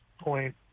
point